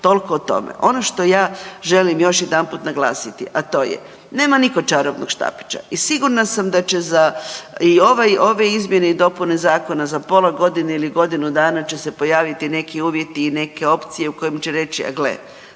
toliko o tome. Ono šta ja želim još jedanput naglasiti, a to je nema nitko čarobnog štapića i sigurna sam da će i za i ove izmjene i dopune zakona za pola godine ili godinu dana će se pojaviti neki uvjeti i neke opcije u kojim će reći e gle,